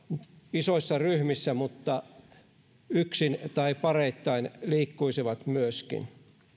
isoissa ryhmissä mutta että yksin tai pareittain liikkuisivat myöskin